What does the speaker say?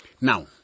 Now